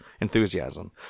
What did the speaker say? enthusiasm